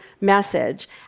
message